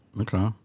Okay